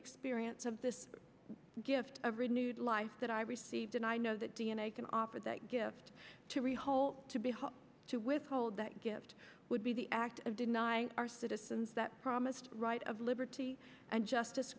experience of this gift of renewed life that i received and i know that d n a can offer that gift to re whole to be to withhold that gift would be the act of deny our citizens that promised right of liberty and justice